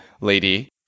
lady